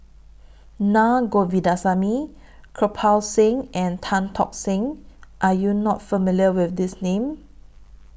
Na Govindasamy Kirpal Singh and Tan Tock San Are YOU not familiar with These Names